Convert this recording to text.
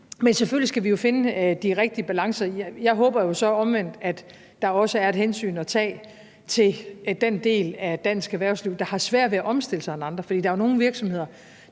Men selvfølgelig skal vi finde de rigtige balancer. Jeg håber så omvendt, at der også er et hensyn at tage til den del af dansk erhvervsliv, der har sværere ved at omstille sig end andre, for der jo nogle virksomheder,